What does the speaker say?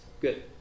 Good